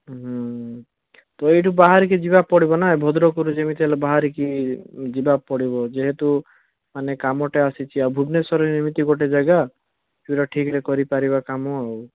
ହୁଁ ତ ଏଇଠୁ ବାହାରିକି ଯିବାକୁ ପଡ଼ିବନା ଭଦ୍ରକରୁ ଯେମିତି ହେଲେ ବାହାରିକି ଯିବାକୁ ଯେହେତୁ ମାନେ କାମଟେ ଆସିଛି ଆଉ ଭୁବନେଶ୍ୱର ଏମିତି ଗୋଟେ ଜାଗା ସେଟା ଠିକ୍ ରେ କରିପାରିବା କାମ ଆଉ